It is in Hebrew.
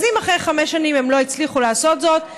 אז אם אחרי חמש שנים הם לא הצליחו לעשות זאת,